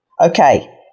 Okay